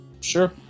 sure